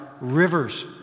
rivers